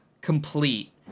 complete